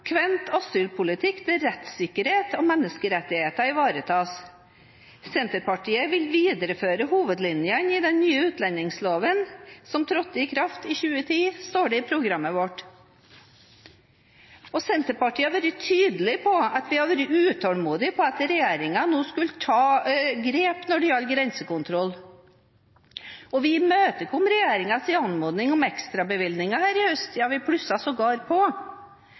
asylpolitikk, der rettssikkerhet og menneskerettigheter ivaretas. «Senterpartiet vil videreføre hovedlinjene i den nye utlendingsloven som trådte i kraft i 2010», står det i programmet vårt. Senterpartiet har vært tydelig på at vi har vært utålmodige med at regjeringen skulle ta grep når det gjaldt grensekontroll. Vi imøtekom regjeringens anmodning om ekstrabevilgninger i høst – ja vi plusset sågar på.